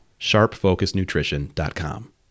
sharpfocusnutrition.com